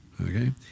okay